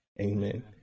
amen